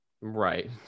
right